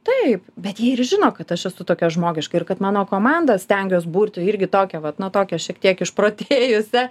taip bet jie ir žino kad aš esu tokia žmogiška ir kad mano komanda stengiuos būtų irgi tokia vat na tokia šiek tiek išprotėjusia